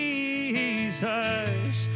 Jesus